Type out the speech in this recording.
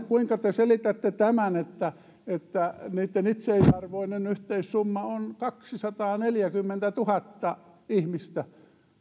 kuinka te selitätte tämän että että niitten itseisarvoinen yhteissumma on kaksisataaneljäkymmentätuhatta ihmistä